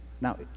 Now